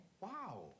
Wow